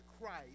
Christ